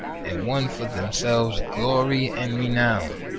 and won for themselves glory and renown.